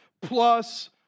plus